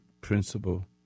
principle